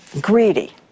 Greedy